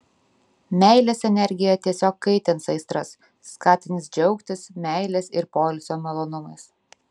meilės energija tiesiog kaitins aistras skatins džiaugtis meilės ir poilsio malonumais